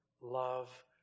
love